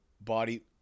body